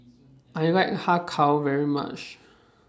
I like Har Kow very much